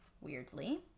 weirdly